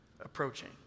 approaching